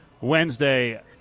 wednesday